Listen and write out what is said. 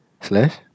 Slash